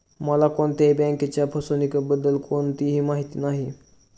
मला कोणत्याही बँकेच्या फसवणुकीबद्दल कोणतीही माहिती नाही